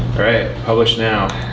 alright. publish now.